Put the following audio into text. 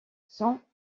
sans